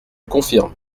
confirme